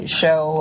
show